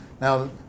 Now